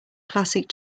classic